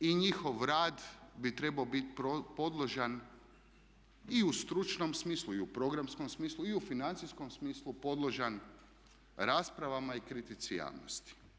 I njihov rad bi trebao bit podložan i u stručnom smislu i u programskom smislu i u financijskom smislu podložan raspravama i kritici javnosti.